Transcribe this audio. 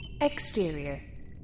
Exterior